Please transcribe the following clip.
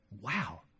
wow